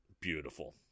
beautiful